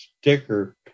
sticker